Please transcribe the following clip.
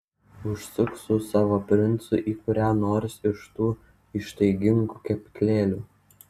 užsuk su savo princu į kurią nors iš tų ištaigingų kepyklėlių